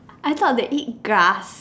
I thought they eat grass